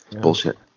Bullshit